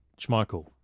Schmeichel